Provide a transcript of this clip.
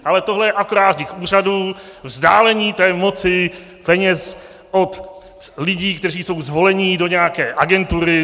Ale tohle je akorát vznik úřadu, vzdálení té moci, peněz, od lidí, kteří jsou zvoleni do nějaké agentury.